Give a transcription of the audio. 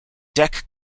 deck